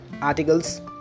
articles